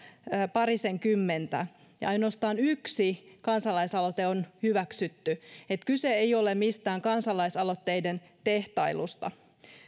parisenkymmentä ja ainoastaan yksi kansalaisaloite on hyväksytty eli kyse ei ole mistään kansalaisaloitteiden tehtailusta